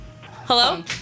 Hello